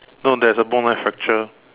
no there is a bone line fracture